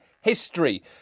history